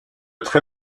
très